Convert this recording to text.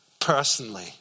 personally